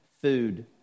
food